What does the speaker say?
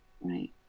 right